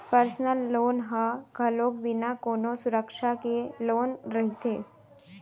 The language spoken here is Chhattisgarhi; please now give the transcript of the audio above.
परसनल लोन ह घलोक बिना कोनो सुरक्छा के लोन रहिथे